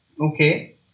Okay